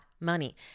money